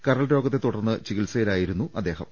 കരൾ രോഗത്തെ തുടർന്ന് ചികിത്സയി ലായിരുന്നു അദ്ദേഹം